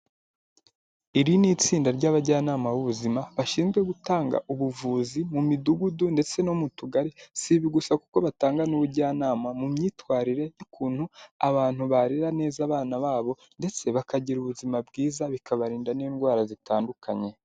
Iri ni itsinda ry'abajyanama b'ubuzima, bashinzwe gutanga ubuvuzi mu midugudu ndetse no mu tugari, si ibi gusa kuko batanga n'ubujyanama, mu myitwarire y'ukuntu abantu barera neza abana babo ndetse bakagira ubuzima bwiza bikabarinda n'indwara zitandukanye.